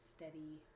steady